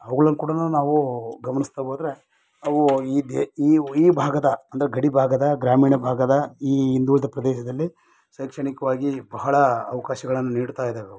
ಅವುಗಳನ್ನ ಕೂಡ ನಾವು ಗಮನಿಸ್ತಾ ಹೋದ್ರೆ ಅವು ಈ ದೇ ಈ ವ್ ಈ ಭಾಗದ ಅಂದರೆ ಗಡಿಭಾಗದ ಗ್ರಾಮೀಣ ಭಾಗದ ಈ ಹಿಂದುಳಿದ ಪ್ರದೇಶದಲ್ಲಿ ಶೈಕ್ಷಣಿಕ್ವಾಗಿ ಬಹಳ ಅವ್ಕಾಶಗಳನ್ನ ನೀಡ್ತಾಯಿದಾವೆ ಅವು